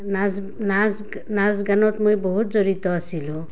নাচ নাচ নাচ গানত মই বহুত জড়িত আছিলোঁ